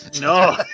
No